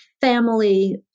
family